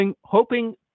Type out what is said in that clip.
hoping